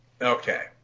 Okay